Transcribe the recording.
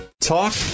Talk